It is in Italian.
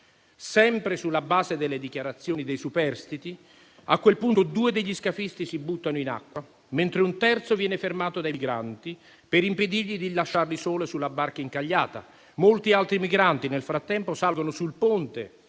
Sempre sulla base delle dichiarazioni dei superstiti, a quel punto due degli scafisti si buttano in acqua, mentre un terzo viene fermato dai migranti per impedirgli di lasciarli soli sulla barca incagliata. Molti altri migranti, nel frattempo, salgono sul ponte